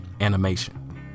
animation